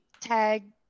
tag